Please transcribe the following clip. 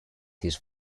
his